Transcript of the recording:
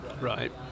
Right